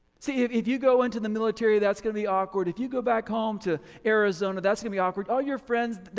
say if if you go into the military, that's gonna be awkward. if you go back home to arizona, that's gonna be awkward, all your friends,